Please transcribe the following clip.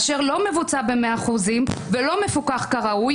אשר לא מבוצע ב-100% ולא מפוקח כראוי,